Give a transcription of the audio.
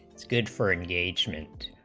good for engagement